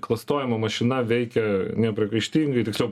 klastojimo mašina veikia nepriekaištingai tiksliau